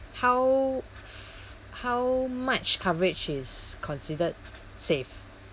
how how much coverage is considered safe